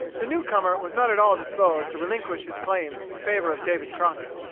the new-comer was not at all disposed to relinquish his claims in favor of david crockett.